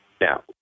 Now